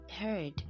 heard